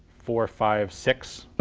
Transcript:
four, five, six,